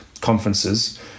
conferences